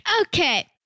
Okay